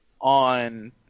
on